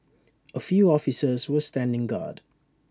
A few officers were standing guard